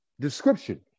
description